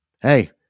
hey